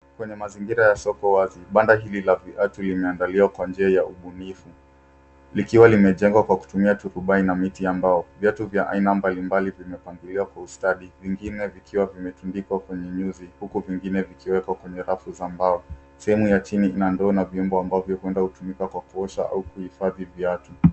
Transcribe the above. Kwenye mazingira ya soko wazi, banda hili la viatu limeandaliwa kwa njia ya ubunifu likiwa limejengwa kwa kutumia turubaini na miti ya mbao. Viatu vya aina mbalimbali vimepangiliwa kwa ustadi vingine vikiwa vimetundikwa kwenye nyuzi huku vingine vikiwekwa kwenye rafu za mbao. Sehemu ya chini ina ndoo vyombo ambavyo huenda hutumika kwa kuosha au kuhifadhi viatu.